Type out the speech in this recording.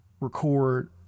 record